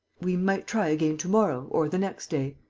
we might try again to-morrow or the next day.